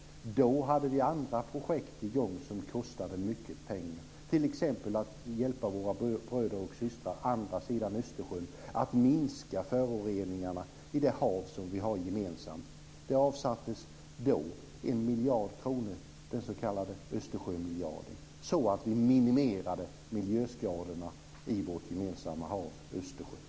Då hade vi andra projekt i gång som kostade mycket pengar, t.ex. att hjälpa våra bröder och systrar på andra sidan Östersjön att minska föroreningarna i det hav som vi har gemensamt. Då avsattes det en miljard kronor, den s.k. Östersjömiljarden, så att vi minimerade miljöskadorna i vårt gemensamma hav, Östersjön.